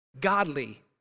godly